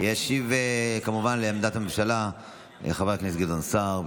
ישיב על עמדת הממשלה חבר הכנסת גדעון סער.